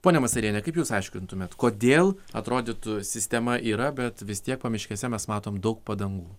ponia masaliene kaip jūs aiškintumėt kodėl atrodytų sistema yra bet vis tiek pamiškėse mes matom daug padangų